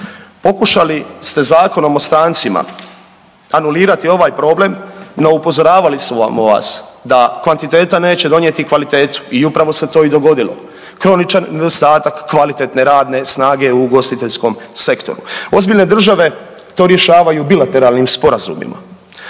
Pokušali ste Zakonom o strancima anulirati ovaj problem, no upozoravali smo vas da kvantiteta neće donijeti kvalitetu i upravo se to i dogodilo, kroničan nedostatak kvalitetne radne snage u ugostiteljskom sektoru. Ozbiljne države to rješavaju bilateralnim sporazumima.